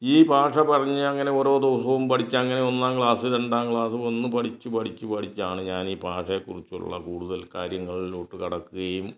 ഈ ഭാഷ പറഞ്ഞ് അങ്ങനെ ഓരോ ദിവസവും പഠിച്ച് അങ്ങനെ ഒന്നാം ക്ലാസ് രണ്ടാം ക്ലാസ് ഒന്ന് പഠിച്ച് പഠിച്ച് പഠിച്ച് ആണ് ഞാനീ ഭാഷയെക്കുറിച്ചുള്ള കൂടുതൽ കാര്യങ്ങളിലോട്ട് കടക്കുകയും